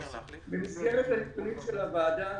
במסגרת הנתונים של הוועדה,